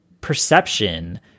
perception